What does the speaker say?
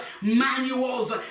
manuals